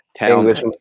English